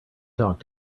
talk